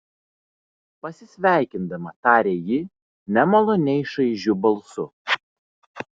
pasisveikindama tarė ji nemaloniai šaižiu balsu